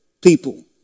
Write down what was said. people